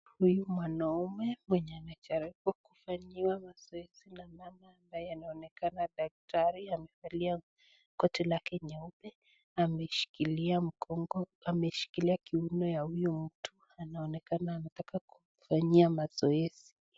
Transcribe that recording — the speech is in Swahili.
Huyu mwanaume mwenye anajaribu kufanyiwa mazoezi na daktari ambaye amevalia koti jeupe ameshikilia kiuno cha huyo mtu anaonekana anata kumfanyia mazoezi.